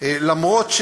אף-על-פי